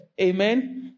Amen